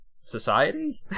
society